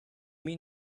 mean